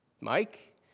Mike